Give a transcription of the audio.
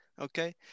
okay